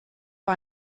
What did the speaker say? war